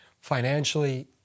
financially